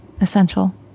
Essential